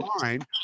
fine